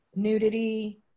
Nudity